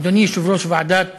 אדוני יושב-ראש ועדת